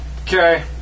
Okay